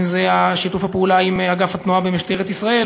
אם זה שיתוף הפעולה עם אגף התנועה במשטרת ישראל,